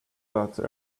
that